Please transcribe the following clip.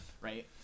Right